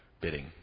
bidding